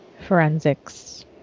forensics